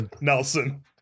Nelson